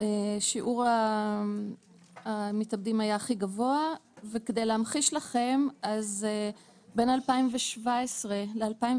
שיעור המתאבדים היה הכי גבוה וכדי להמחיש לכם אז בין 2017 ל-2019